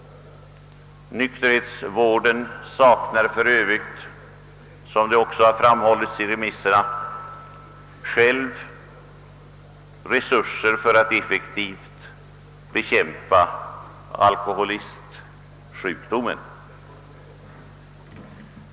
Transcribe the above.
För övrigt saknar nykterhetsvården själv resurser att effektivt bekämpa alkoholismen.